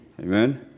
Amen